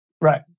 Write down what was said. right